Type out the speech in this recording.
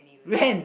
when